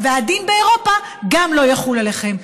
והדין באירופה לא יחול עליכם.